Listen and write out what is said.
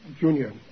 Junior